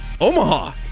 Omaha